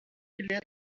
clear